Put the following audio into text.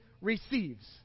receives